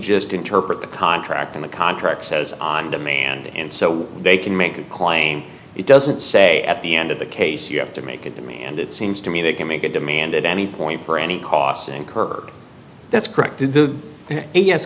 just interpret the contract in the contract says on demand and so they can make a claim it doesn't say at the end of the case you have to make a demand it seems to me they can make a demand at any point for any costs incurred that's correct the